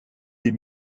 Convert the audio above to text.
des